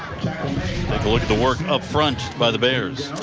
take a look at the work up front by the bears.